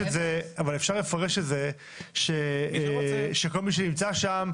אפשר לפרש את זה כך שכל מי שנמצא שם,